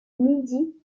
midi